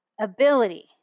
Ability